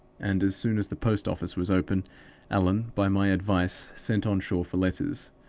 and, as soon as the post-office was open allan, by my advice, sent on shore for letters.